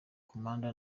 komanda